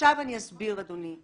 עכשיו אני אסביר, אדוני.